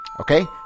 Okay